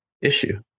issue